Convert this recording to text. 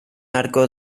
arco